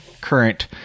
current